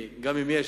כי גם אם יש,